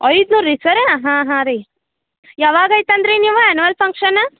ಐನೂರು ರೀ ಸರ್ ಹಾಂ ಹಾಂ ರೀ ಯಾವಾಗ ಐತಂದು ರೀ ನೀವು ಆ್ಯನ್ವಲ್ ಫಂಕ್ಷನ್